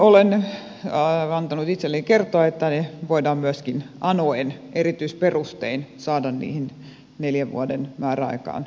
olen antanut itselleni kertoa että voidaan myöskin anoen erityisperustein saada siihen neljän vuoden määräaikaan lykkäystä